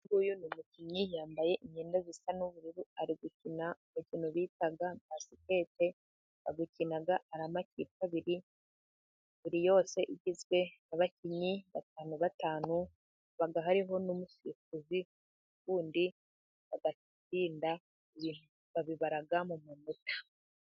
Uyu ni umukinnyi yambaye imyenda isa n'ubururu ,ari gukina umukino bita basikete ,bawukina ari amakipe abiri, buri yose igizwe n'abakinnyi batanu batanu harimo ,n'umusifuzi wundi batsinda babibara mu manota.